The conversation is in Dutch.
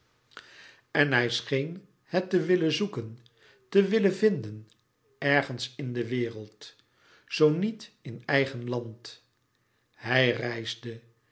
en hij scheen het te willen zoeken te willen vinden ergens in de wereld zoo niet in eigen land hij reisde